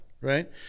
right